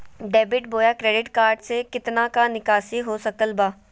Debit बोया credit card से कितना का निकासी हो सकल बा?